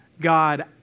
God